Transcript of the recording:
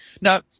Now